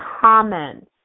comments